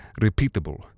repeatable